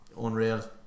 unreal